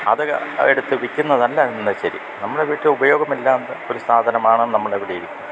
അത് എടുത്ത് വില്ക്കുന്നതല്ല അതിൻ്റെ ശരി നമ്മുടെ വീട്ടില് ഉപയോഗമില്ലാത്ത ഒരു സാധനമാണ് നമ്മളെവിടെ ഇരിക്കും